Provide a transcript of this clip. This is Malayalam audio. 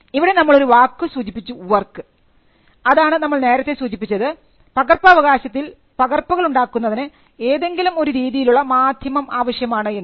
ഇവിടെ നമ്മൾ ഒരു വാക്ക് ഉപയോഗിച്ചു വർക്ക് അതാണ് നമ്മൾ നേരത്തെ സൂചിപ്പിച്ചത് പകർപ്പവകാശത്തിൽ പകർപ്പുകൾ ഉണ്ടാക്കുന്നതിന് ഏതെങ്കിലും ഒരു രീതിയിലുള്ള മാധ്യമം ആവശ്യമാണ് എന്ന്